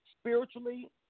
spiritually